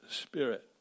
spirit